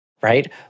right